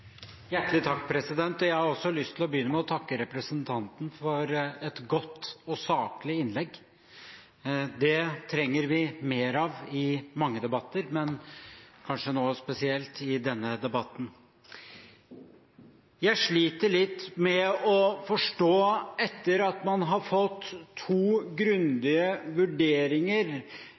Jeg har også lyst til å begynne med å takke representanten for et godt og saklig innlegg. Det trenger vi mer av i mange debatter, men kanskje spesielt i denne debatten. Jeg sliter litt med å forstå – etter at man har fått to grundige vurderinger